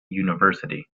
university